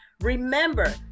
remember